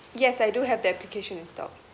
yes I do have the application installed